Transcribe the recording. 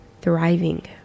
thriving